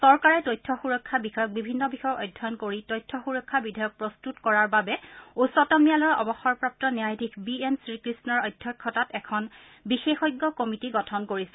চৰকাৰে তথ্য সুৰক্ষা বিষয়ক বিভিন্ন বিষয়ৰ অধ্যয়ন কৰি তথ্য সুৰক্ষা বিধেয়ক প্ৰস্তুত কৰাৰ বাবে উচ্চতম ন্যায়ালয়ৰ অৱসৰপ্ৰাপ্ত ন্যায়াধীশ বি এন শ্ৰীকৃষ্ণৰ অধ্যক্ষতাত এখন বিশেষজ্ঞ কমিটি গঠন কৰিছে